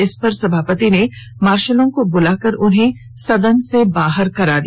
इस पर सभापति ने मार्शलों को बुलाकर उन्हें सदन से बाहर करा दिया